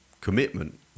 commitment